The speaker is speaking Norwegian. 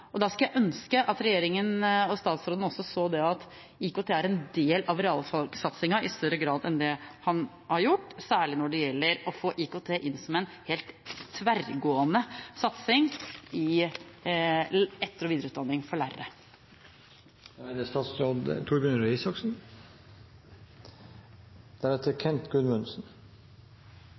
Da skulle jeg ønske at regjeringen og statsråden også så at IKT er en del av realfagsatsingen i større grad enn det man har gjort, særlig når det gjelder å få IKT inn som en helt tverrgående satsing i etter- og videreutdanning for lærere. Takk for kommentarene fra representanten Aasen. Først om DAMVAD-rapporten: Dette er